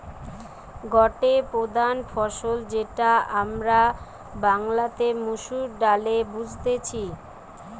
গটে প্রধান ফসল যেটা আমরা বাংলাতে মসুর ডালে বুঝতেছি